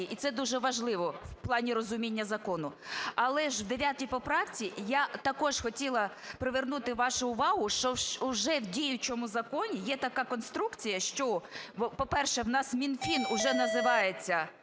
і це дуже важливо в плані розуміння закону. Але ж в 9 поправці я також хотіла привернути вашу увагу, що уже в діючому законі є така конструкція, що, по-перше, в нас Мінфін уже називається